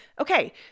Okay